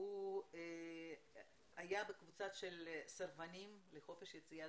הוא היה בקבוצת מסורבים לחופש יציאה.